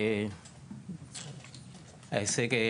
ההישג,